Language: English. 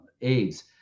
AIDS